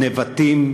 נבטים,